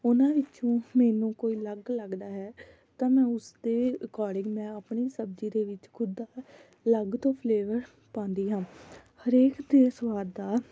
ਉਹਨਾਂ ਵਿੱਚੋਂ ਮੈਨੂੰ ਕੋਈ ਅਲੱਗ ਲੱਗਦਾ ਹੈ ਤਾਂ ਮੈਂ ਉਸਦੇ ਅਕੋਡਿੰਗ ਮੈਂ ਆਪਣੀ ਸਬਜ਼ੀ ਦੇ ਵਿੱਚ ਖੁਦ ਦਾ ਅਲੱਗ ਤੋਂ ਫਲੇਵਰ ਪਾਉਂਦੀ ਹਾਂ ਹਰੇਕ ਦੇ ਸਵਾਦ ਦਾ